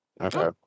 Okay